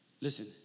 Listen